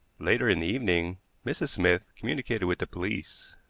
later in the evening mrs. smith communicated with the police.